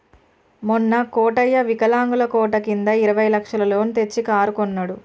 మొన్న కోటయ్య వికలాంగుల కోట కింద ఇరవై లక్షల లోన్ తెచ్చి కారు కొన్నడు